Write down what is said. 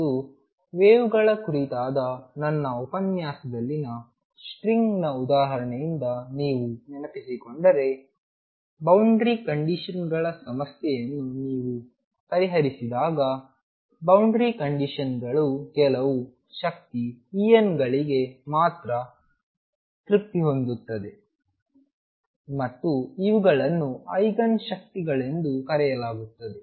ಮತ್ತು ವೇವ್ಗಳ ಕುರಿತಾದ ನನ್ನ ಉಪನ್ಯಾಸದಲ್ಲಿನ ಸ್ಟ್ರಿಂಗ್ನ ಉದಾಹರಣೆಯಿಂದ ನೀವು ನೆನಪಿಸಿಕೊಂಡರೆ ಬೌಂಡರಿ ಕಂಡೀಶನ್ ಗಳ ಸಮಸ್ಯೆಯನ್ನು ನೀವು ಪರಿಹರಿಸಿದಾಗ ಬೌಂಡರಿ ಕಂಡೀಶನ್ಗಳು ಕೆಲವು ಶಕ್ತಿ En ಗಳಿಂದ ಮಾತ್ರ ತೃಪ್ತಿ ಹೊಂದುತ್ತವೆ ಮತ್ತು ಇವುಗಳನ್ನು ಐಗನ್ ಶಕ್ತಿಗಳು ಎಂದು ಕರೆಯಲಾಗುತ್ತದೆ